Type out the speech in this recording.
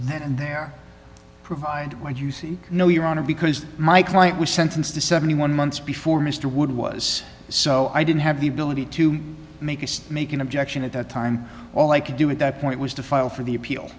then and there provide what you seek no your honor because my client was sentenced to seventy one months before mr wood was so i didn't have the ability to make this make an objection at that time all i could do at that point was to file for the appeal